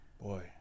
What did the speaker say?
Boy